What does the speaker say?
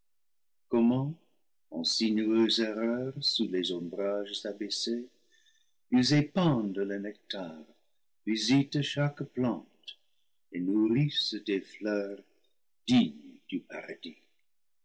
comment en sinueuses erreurs sous les ombrages abaissés ils épandent le nectar visitent chaque plante et nourrissent des fleurs dignes du paradis